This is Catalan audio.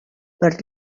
per